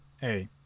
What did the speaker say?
hey